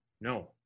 No